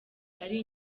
ari